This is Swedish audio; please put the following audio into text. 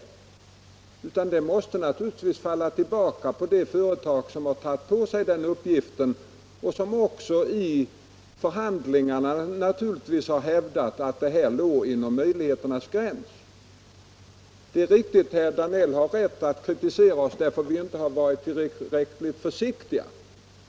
Ansvaret för det måste naturligtvis falla på det företag som tagit på sig uppgiften och som i förhandlingarna hävdat att detta låg inom möjligheternas gräns. Herr Danell har rätt att kritisera oss för att vi inte varit tillräckligt försiktiga.